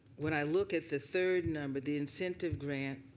when i look at the third number, the incentive grant,